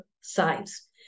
sides